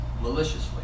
maliciously